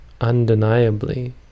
undeniably